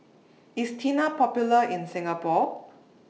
IS Tena Popular in Singapore